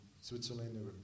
Switzerland